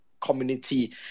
community